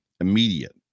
immediate